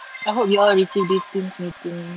I hope you all receive this teams meeting